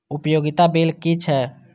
उपयोगिता बिल कि छै?